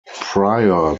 prior